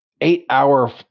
eight-hour